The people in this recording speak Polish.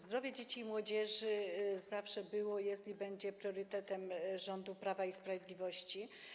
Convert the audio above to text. Zdrowie dzieci i młodzieży zawsze było, jest i będzie priorytetem rządu Prawa i Sprawiedliwości.